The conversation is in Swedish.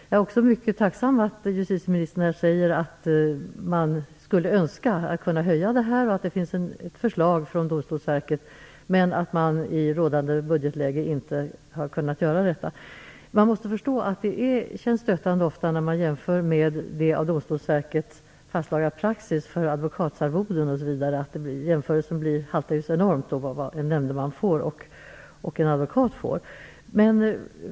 Jag är också mycket tacksam för att justitieministern här säger att man skulle önska att man kunde höja ersättningen - det finns ett förslag härom från Domstolsverket, men man har i rådande budgetläge inte kunnat göra detta. Man måste förstå att det ofta känns stötande när man jämför denna ersättning med av Domstolsverket fastslagen praxis för advokatarvoden osv. Jämförelsen mellan vad en nämndeman och en advokat får haltar enormt.